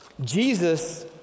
Jesus